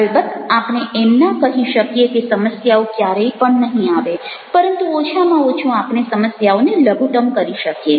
અલબત્ત આપણે એમ ના કહી શકીએ કે સમસ્યાઓ ક્યારેય પણ નહિ આવે પરંતુ ઓછામાં ઓછું આપણે સમસ્યાઓને લઘુત્તમ કરી શકીએ